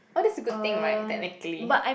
oh that's a good thing right technically